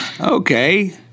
Okay